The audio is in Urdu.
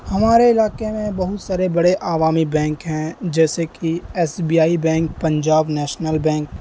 ہمارے علاقے میں بہت سارے بڑے عوامی بینک ہیں جیسے کہ S B I bank Punjab national bank